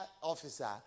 officer